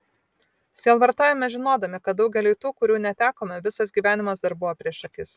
sielvartaujame žinodami kad daugeliui tų kurių netekome visas gyvenimas dar buvo prieš akis